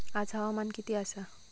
आज हवामान किती आसा?